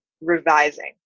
revising